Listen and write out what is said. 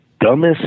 dumbest